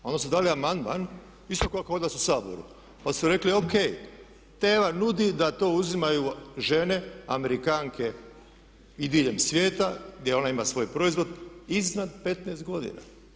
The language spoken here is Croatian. A onda su dali amandman, isto kao kod nas u Saboru, pa su rekli ok, … nudi da to uzimaju žene Amerikanke i diljem svijeta gdje ona ima svoj proizvod iznad 15 godina.